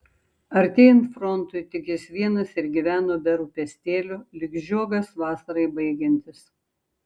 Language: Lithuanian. artėjant frontui tik jis vienas ir gyveno be rūpestėlių lyg žiogas vasarai baigiantis